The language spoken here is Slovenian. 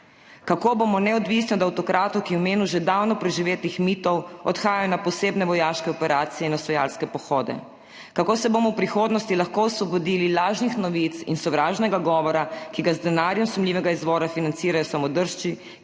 Kako bomo neodvisni od avtokratov, ki v imenu že davno preživetih mitov odhajajo na posebne vojaške operacije in osvajalske pohode? Kako se bomo v prihodnosti lahko osvobodili lažnih novic in sovražnega govora, ki ga z denarjem sumljivega izvora financirajo samodržci,